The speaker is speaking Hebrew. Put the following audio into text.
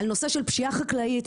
על נושא של פשיעה חקלאית,